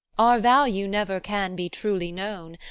our value never can be truly known,